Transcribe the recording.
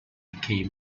became